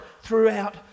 throughout